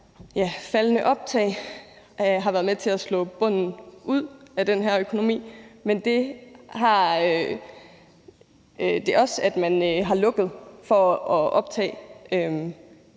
det faldende optag har været med til at slå bunden ud af den her økonomi. Man har også lukket for at optage